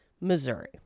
Missouri